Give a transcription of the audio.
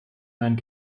meinen